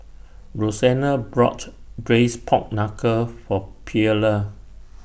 Rosena bought Braised Pork Knuckle For Pearla